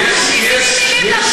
אל תכניסי לי מילים לפה,